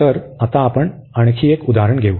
तर आता आपण आणखी एक उदाहरण घेऊ